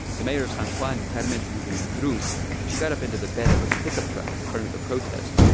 the mayor of san juan, carmen yulin cruz she got up into the bed of a pickup truck at the front of the protest.